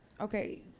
okay